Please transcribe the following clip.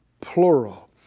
Plural